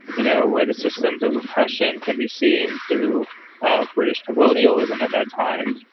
you know, where the systems of repression can be seen through ah british colonialism at that time.